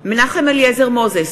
מנחם אליעזר מוזס,